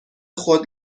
خود